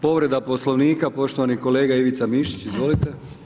Povreda Poslovnika poštovani kolega Ivica Mišić, izvolite.